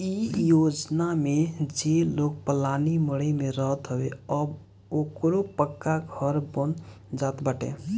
इ योजना में जे लोग पलानी मड़इ में रहत रहे अब ओकरो पक्का घर बन जात बाटे